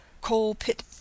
coal-pit